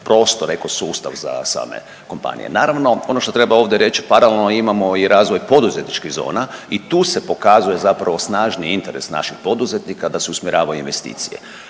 prostor ekosustav za same kompanije. Naravno ovdje ono što treba ovdje reć paralelno imamo i razvoj poduzetničkih zone i tu se pokazuje zapravo snažni interes naših poduzetnika da se usmjeravaju investicije,